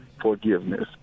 forgiveness